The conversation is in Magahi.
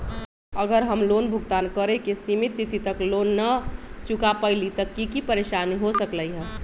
अगर हम लोन भुगतान करे के सिमित तिथि तक लोन न चुका पईली त की की परेशानी हो सकलई ह?